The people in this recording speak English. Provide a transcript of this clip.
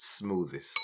Smoothies